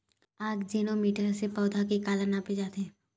आकजेनो मीटर से पौधा के काला नापे जाथे?